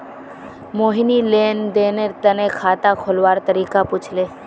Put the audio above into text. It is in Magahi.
मोहिनी लेन देनेर तने खाता खोलवार तरीका पूछले